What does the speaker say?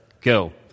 Go